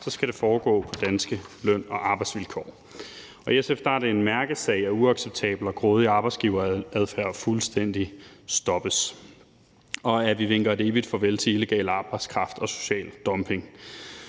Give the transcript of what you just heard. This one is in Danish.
skal det foregå på danske løn- og arbejdsvilkår. I SF er det en mærkesag, at uacceptabel og grådig arbejdsgiveradfærd fuldstændig stoppes, og at vi vinker farvel for evigt til illegal arbejdskraft og social dumping.